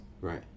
right